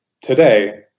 today